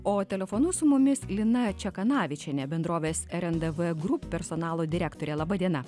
o telefonu su mumis lina čekanavičienė bendrovės rndv group personalo direktorė laba diena